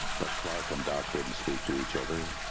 but clark and doc didn't speak to each other.